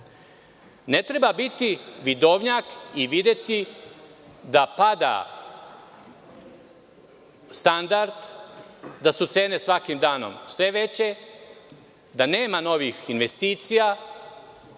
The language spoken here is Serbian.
Ne treba biti vidovnjak i videti da pada standard, da su cene svakim danom sve veće, da nema novih investicija,